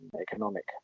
economic